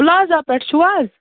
plaza پٮ۪ٹھٕ چھِو حظ